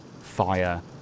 fire